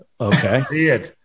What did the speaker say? Okay